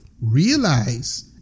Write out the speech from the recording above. realize